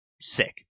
Sick